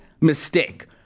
mistake